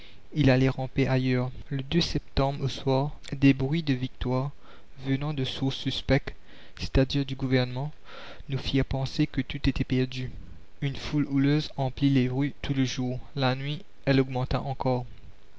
ils allaient ramper ailleurs e septembre au soir des bruits de victoires venant de source suspecte c'est-à-dire du gouvernement nous firent penser que tout était perdu une foule houleuse emplit les rues tout le jour la nuit elle augmenta encore